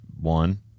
one